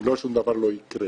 אם לא, שום דבר לא יקרה.